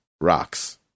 Rocks